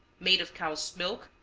made of cow's milk,